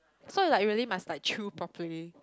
so you like really must like chew properly